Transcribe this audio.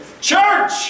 Church